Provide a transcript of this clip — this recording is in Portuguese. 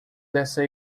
dessa